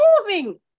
moving